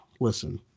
listen